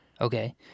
Okay